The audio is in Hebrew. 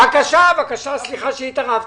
אף אחד לא חורג מהדברים האלה.